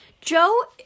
Joe